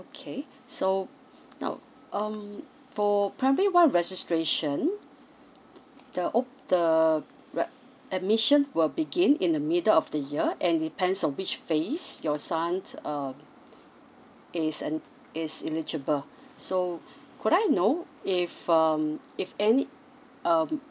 okay so now um for primary one registration the o~ the rep~ admission will begin in the middle of the year and it depends on which phase your son err is and is eligible so could I know if um if any um